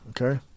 okay